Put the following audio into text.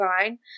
fine